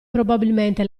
probabilmente